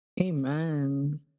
Amen